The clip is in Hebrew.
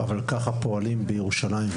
אבל כך פועלים בפועל בירושלים,